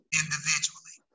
individually